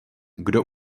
kdo